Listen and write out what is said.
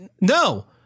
No